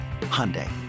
Hyundai